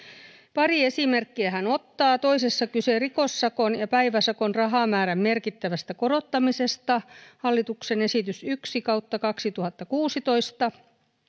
pari esimerkkiä hän ottaa toisessa on kyse rikossakon ja päiväsakon rahamäärän merkittävästä korottamisesta hallituksen esitys yksi kautta kaksituhattakuusitoista